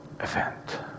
event